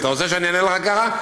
אתה רוצה שאני אענה לך ככה?